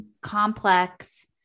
complex